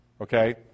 Okay